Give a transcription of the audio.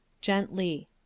Gently